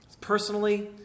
personally